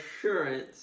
assurance